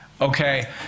Okay